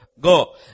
Go